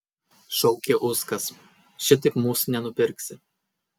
šaukė uskas šitaip mūsų nenupirksi